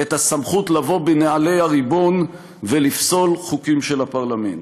את הסמכות לבוא בנעלי הריבון ולפסול חוקים של הפרלמנט.